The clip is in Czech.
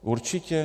Určitě?